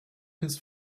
his